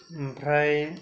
ओमफ्राय